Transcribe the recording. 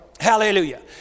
Hallelujah